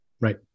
Right